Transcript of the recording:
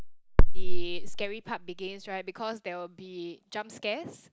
the scary part begins right because there will jump scares